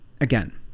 Again